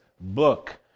book